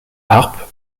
harpe